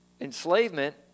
enslavement